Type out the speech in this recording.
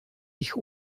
ich